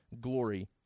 glory